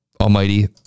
almighty